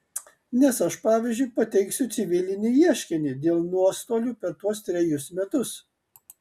nes aš pavyzdžiui pateiksiu civilinį ieškinį dėl nuostolių per tuos trejus metus